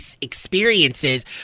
experiences